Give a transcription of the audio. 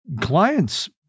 clients